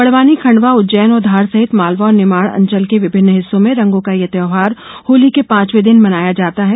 बड़वानी खण्डवा उज्जैन और धार सहित मालवा और निमाड़ अंचल के विभिन्न हिस्सों में रंगों का ये त्यौहार होली के पांचवे दिन मनाया जाता है